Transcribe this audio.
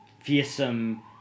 fearsome